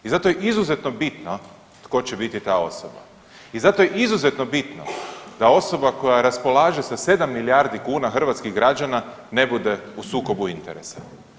I zato je izuzetno bitno tko će biti ta osoba i zato je izuzetno bitno da osoba koja raspolaže sa 7 milijardi kuna hrvatskih građana ne bude u sukobu interesa.